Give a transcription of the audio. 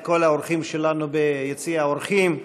את כל האורחים שלנו ביציע האורחים,